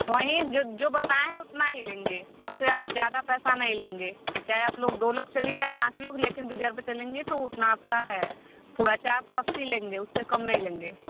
वहीं जो जो बताएँ हैं उतना ही लेंगे आपसे जा ज्यादा पैसा नहीं लेंगे चाहे आप लोग दो लोग चलिए या पाँच लोग लेकिन रिज़र्व चलेंगे तो उतना आपका है पूरा चार सौ अस्सी लेंगे उससे कम नहीं लेंगे